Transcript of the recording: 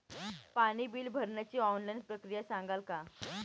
पाणी बिल भरण्याची ऑनलाईन प्रक्रिया सांगाल का?